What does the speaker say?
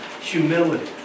humility